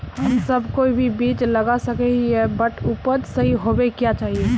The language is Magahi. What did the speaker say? हम सब कोई भी बीज लगा सके ही है बट उपज सही होबे क्याँ चाहिए?